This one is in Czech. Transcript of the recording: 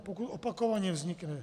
Pokud opakovaně vznikne.